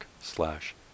slash